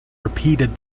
repeated